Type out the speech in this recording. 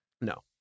No